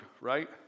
right